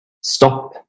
stop